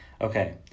Okay